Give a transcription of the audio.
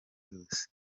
yose